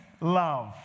love